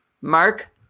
Mark